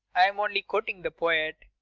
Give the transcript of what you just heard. i'm only quoting the poet.